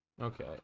Okay